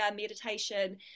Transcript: meditation